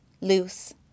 Loose